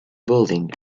building